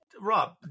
Rob